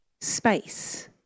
space